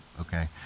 okay